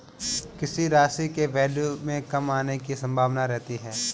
किसी राशि के वैल्यू में कमी आने की संभावना रहती है